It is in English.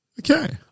Okay